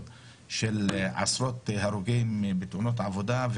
של עשרות הרוגים ואלפי פצועים בתאונות עבודה.